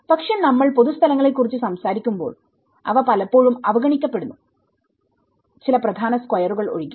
പക്ഷേനമ്മൾ പൊതുസ്ഥലങ്ങളെക്കുറിച്ച് സംസാരിക്കുമ്പോൾ അവ പലപ്പോഴും അവഗണിക്കപ്പെടുന്നു ചില പ്രധാന സ്ക്വയറുകൾ ഒഴികെ